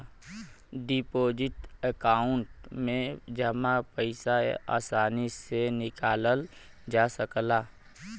deposit account में जमा पइसा आसानी से निकालल जा सकला